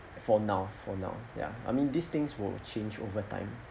for now for now ya I mean these things will change over time